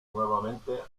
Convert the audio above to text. nuevamente